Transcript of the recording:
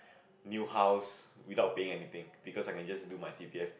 new house without paying anything because I can just do my C_P_F